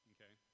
Okay